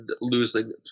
losing